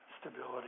stability